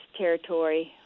territory